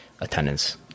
attendance